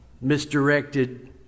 misdirected